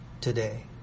today